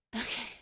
Okay